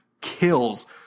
kills